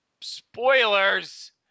spoilers